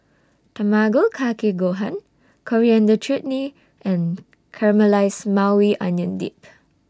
Tamago Kake Gohan Coriander Chutney and Caramelized Maui Onion Dip